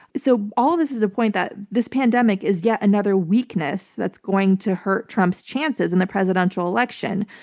so all of this is a point that this pandemic is yet another weakness that's going to hurt trump's chances in the presidential election,